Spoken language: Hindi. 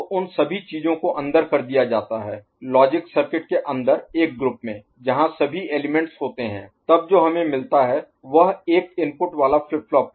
तो उन सभी चीजों को अंदर कर दिया जाता है लॉजिक सर्किट के अंदर एक ग्रुप में जहां सभी एलिमेंट्स होते हैं तब जो हमें मिलता है वह एक इनपुट वाला फ्लिप फ्लॉप है